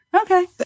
Okay